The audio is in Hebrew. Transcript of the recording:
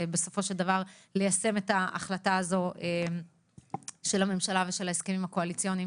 ובסופו של דבר ליישם את ההחלטה הזו של הממשלה ושל ההסכמים הקואליציוניים